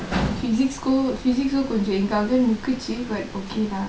physics physics எனக்கு கொன்ஜொம் முக்குச்சு:enakku konjom mukkuchu but okay lah